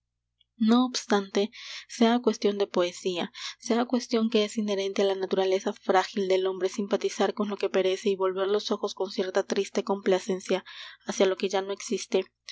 no obstante sea cuestión de poesía sea que es inherente á la naturaleza frágil del hombre simpatizar con lo que perece y volver los ojos con cierta triste complacencia hacia lo que ya no existe